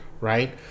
right